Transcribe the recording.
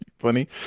funny